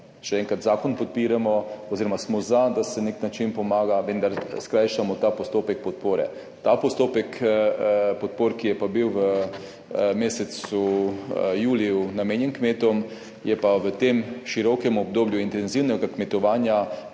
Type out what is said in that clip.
Še enkrat, zakon podpiramo oziroma smo za, da se na nek način pomaga, vendar skrajšajmo ta postopek podpore. Ta postopek podpore, ki je pa bila v mesecu juliju namenjena kmetom, je pa v tem širokem obdobju intenzivnega kmetovanja